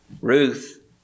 Ruth